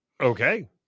Okay